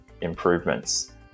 improvements